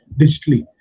digitally